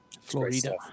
Florida